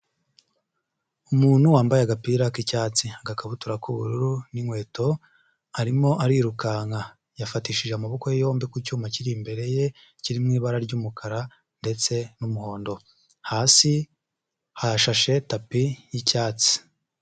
Umuntu wambaye agapira k'icyatsi, agakabutura k'ubururu n'inkweto, arimo arirukanka, yafatishije amaboko ye yombi ku cyuma kiri imbere ye kiri mu ibara ry'umukara ndetse n'umuhondo, hasi hashashe tapi y'icyatsi.